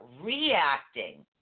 reacting